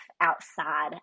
outside